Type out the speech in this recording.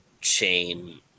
chain